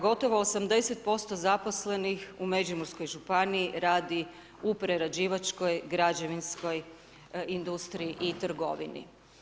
Gotovo 80% zaposlenih u Međimurskoj županiji radi u prerađivačkoj građevinskoj industriji i trgovini.